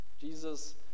Jesus